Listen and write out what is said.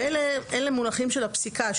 ואלה מונחים של הפסיקה,